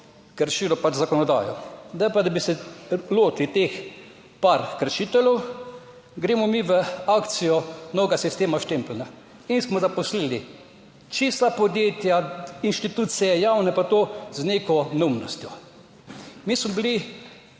kršilo pač zakonodajo. Zdaj pa, da bi se lotili teh par kršiteljev, gremo mi v akcijo novega sistema štempelja in smo zaposlili čista podjetja, inštitucije javne pa to z neko neumnostjo. Mi smo bili